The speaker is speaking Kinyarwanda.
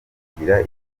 kugira